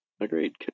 Agreed